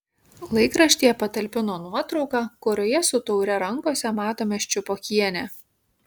laikraštyje patalpino nuotrauką kurioje su taure rankose matome ščiupokienę